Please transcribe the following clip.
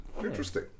interesting